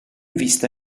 vista